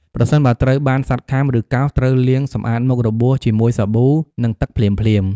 ប្រសិនបើត្រូវបានសត្វខាំ ឬកោស ត្រូវលាងសម្អាតមុខរបួសជាមួយសាប៊ូ និងទឹកភ្លាមៗ។